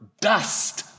dust